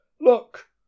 Look